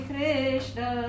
Krishna